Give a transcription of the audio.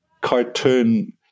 cartoon